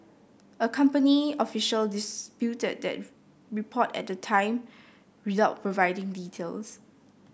a company official disputed that report at the time without providing details